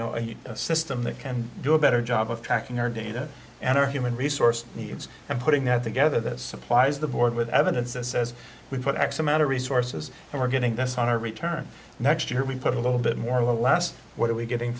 know a system that can do a better job of tracking our data and our human resource needs and putting that together that supplies the board with evidence that says we put x amount of resources and we're getting this on our return next year we put a little bit more last what are we getting